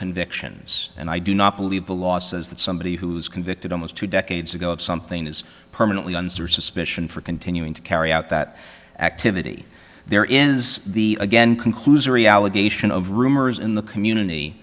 convictions and i do not believe the law says that somebody who was convicted almost two decades ago of something is permanently under suspicion for continuing to carry out that activity there is the again conclusory allegation of rumors in the community